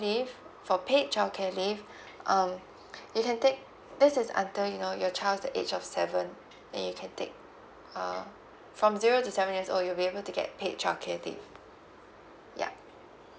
leave for paid child care leave um you can take this is under you know your child at age of seven then you can take uh from zero to seven years old you will be able to get paid child care leave ya